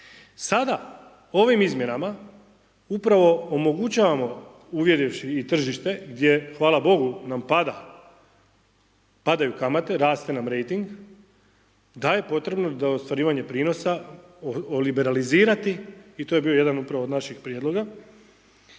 Sada ovim izmjenama upravo omogućavao uvjerivši i tržište, gdje hvala Bogu nam pada, padaju kamate, raste nam rejting, da je potrebno za ostvarivanje prinosa oliberalizirati i to je bio upravo jedan od naših prijedloga,